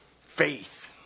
faith